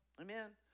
Amen